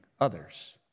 others